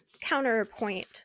counterpoint